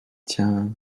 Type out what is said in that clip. tiens